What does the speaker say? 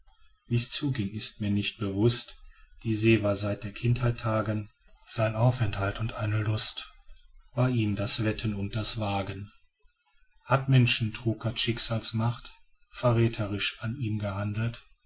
wie's zuging ist mir nicht bewußt die see war seit der kindheit tagen sein aufenthalt und eine lust war ihm das wetten und das wagen hat menschentrug hat schicksalsmacht verräterisch an ihm gehandelt